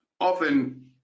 Often